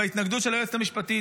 בהתנגדות של היועצת המשפטית.